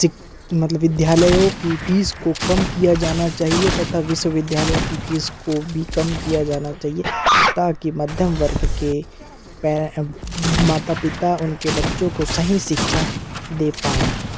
मतलब विद्यालयों की फीस को कम किया जाना चाहिए तथा विश्वविद्यालय की फीस को भी कम किया जाना चाहिए ताकि मध्यम वर्ग के पे माता पिता उनके बच्चों को सही शिक्षा दे पाए